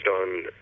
on